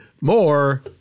More